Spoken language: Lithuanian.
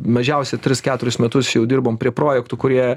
mažiausiai tris keturis metus jau dirbom prie projektų kurie